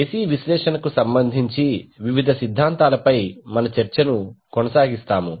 AC విశ్లేషణకు సంబంధించి వివిధ సిద్ధాంతాలపై మన చర్చను కొనసాగిస్తాము